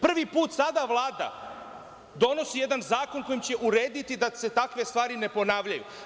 Prvi put sada Vlada donosi jedan zakon kojim će urediti da se takve stvari ne ponavljaju.